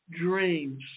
dreams